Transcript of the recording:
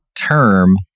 term